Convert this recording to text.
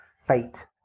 fate